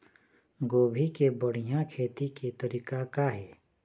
गोभी के बढ़िया खेती के तरीका का हे?